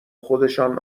خودشان